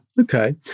Okay